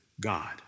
God